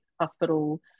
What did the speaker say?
hospital